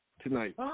tonight